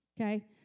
Okay